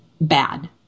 bad